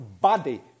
body